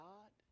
God